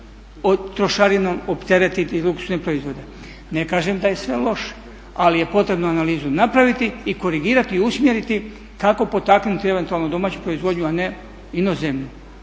Ne kažem da je sve loše, ali je potrebno analizu napraviti i korigirati i usmjeriti kako potaknuti eventualno domaću proizvodnju, a ne inozemnu.